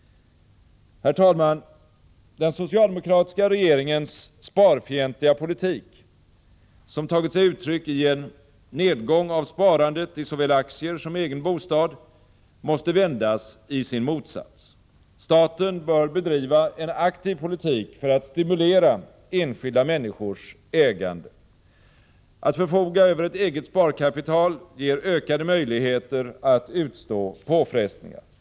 Herr talman! Den socialdemokratiska regeringens sparfientliga politik, som tagit sig uttryck i en nedgång av sparandet i såväl aktier som egen bostad, måste vändas i sin motsats. Staten bör bedriva en aktiv politik för att stimulera enskilda människors ägande. Att förfoga över ett eget sparkapital ger ökade möjligheter att utstå påfrestningar.